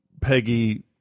Peggy